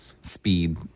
speed